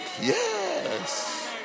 Yes